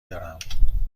دارم